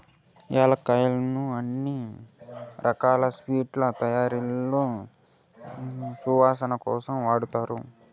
యాలక్కులను అన్ని రకాల స్వీట్ల తయారీలో సువాసన కోసం వాడతారు